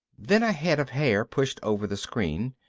then a head of hair pushed over the screen.